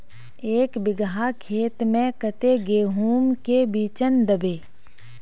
एक बिगहा खेत में कते गेहूम के बिचन दबे?